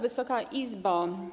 Wysoka Izbo!